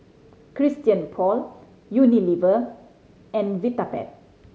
Christian Paul Unilever and Vitapet